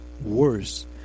worse